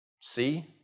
see